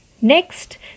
Next